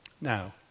Now